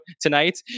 tonight